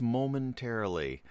momentarily